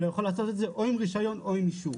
אלא הוא יכול לעשות את זה או עם רישיון או עם אישור.